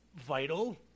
vital